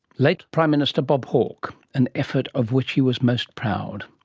late prime minister bob hawke, an effort of which he was most proud